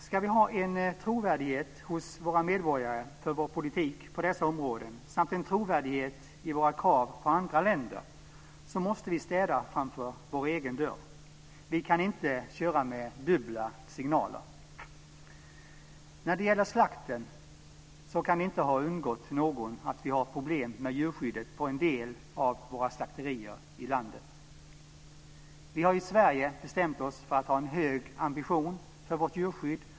Ska vi ha en trovärdighet hos våra medborgare för vår politik på dessa områden samt en trovärdighet i våra krav på andra länder måste vi städa framför vår egen dörr. Vi kan inte köra med dubbla signaler. När det gäller slakten kan det inte ha undgått någon att vi har problem med djurskyddet på en del av våra slakterier i landet. Vi har i Sverige bestämt oss för att ha en hög ambition för vårt djurskydd.